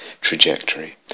trajectory